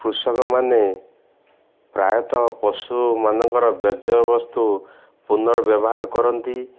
କୃଷକମାନେ ପ୍ରାୟତଃ ପଶୁମାନଙ୍କର ବର୍ଜ୍ୟବସ୍ତୁ ପୁନଃ ବ୍ୟବହାର କରନ୍ତି